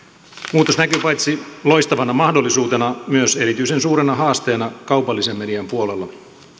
muutos näkyy paitsi loistavana mahdollisuutena myös erityisen suurena haasteena kaupallisen median puolella